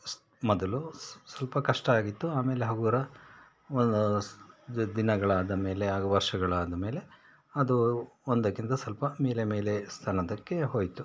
ಸ್ ಮೊದಲು ಸ್ವಲ್ಪ ಕಷ್ಟ ಆಗಿತ್ತು ಆಮೇಲೆ ಹಗುರ ಒಂದು ದಿನಗಳಾದ ಮೇಲೆ ಹಾಗೂ ವರ್ಷಗಳಾದ ಮೇಲೆ ಅದು ಒಂದಕ್ಕಿಂತ ಸ್ವಲ್ಪ ಮೇಲೆ ಮೇಲೆ ಸ್ಥಾನದ್ದಕ್ಕೆ ಹೋಯಿತು